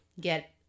get